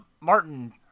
Martin